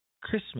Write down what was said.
Christmas